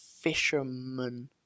fisherman